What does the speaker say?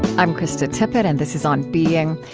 i'm krista tippett, and this is on being.